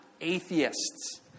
atheists